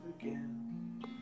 again